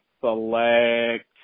select